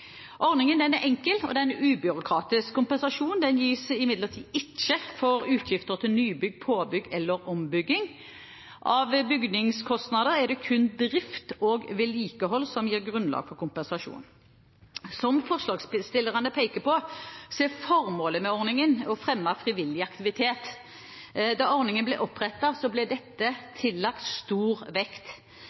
er enkel og ubyråkratisk. Kompensasjon gis imidlertid ikke for utgifter til nybygg, påbygg eller ombygging. Av bygningskostnader er det kun drift og vedlikehold som gir grunnlag for kompensasjon. Som forslagsstillerne peker på, er formålet med ordningen å fremme frivillig aktivitet. Da ordningen ble opprettet, ble dette tillagt stor vekt.